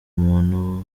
muntu